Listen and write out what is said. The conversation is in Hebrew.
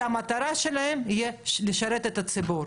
שהמטרה שלהם תהיה לשרת את הציבור,